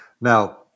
Now